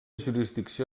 jurisdicció